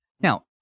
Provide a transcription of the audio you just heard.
Now